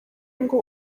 ngo